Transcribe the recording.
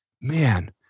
man